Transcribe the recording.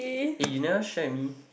eh you never share with me